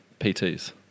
PTS